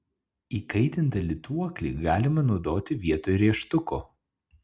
įkaitintą lituoklį galima naudoti vietoj rėžtuko